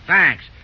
Thanks